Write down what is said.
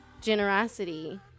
generosity